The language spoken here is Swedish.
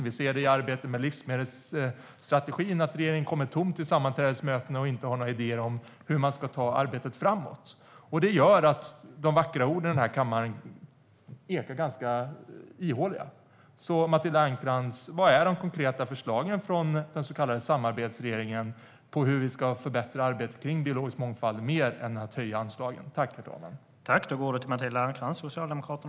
Vi ser det i arbetet med livsmedelsstrategin, där regeringen kommer tomhänt till mötena och inte har några idéer om hur man ska ta arbetet framåt. Det gör att de vackra orden här i kammaren är ganska ihåliga. Matilda Ernkrans! Vilka är de konkreta förslagen från den så kallade samarbetsregeringen på hur vi ska förbättra arbetet kring biologisk mångfald - mer än att höja anslagen?